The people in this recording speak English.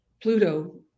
Pluto